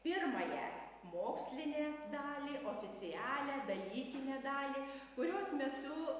pirmąją mokslinę dalį oficialią dalykinę dalį kurios metu